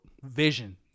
Vision